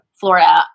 Florida